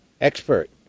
expert